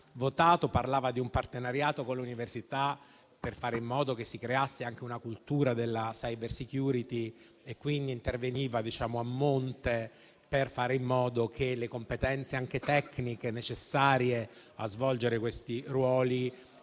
votato parlava di un partenariato con l'università, per fare in modo che si creasse una cultura della *cybersecurity*, quindi interveniva a monte per fare in modo che le competenze tecniche necessarie a svolgere questi ruoli